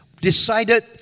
decided